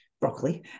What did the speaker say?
broccoli